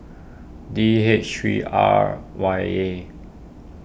D H three R Y A